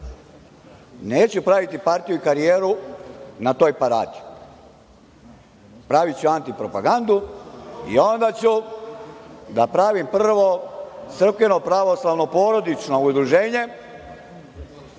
neću praviti partiju i karijeru na toj paradi. Praviću antipropagandu i onda ću da pravim prvo crkveno, pravoslavno, porodično udruženje